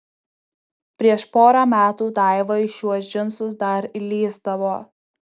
prieš porą metų daiva į šiuos džinsus dar įlįsdavo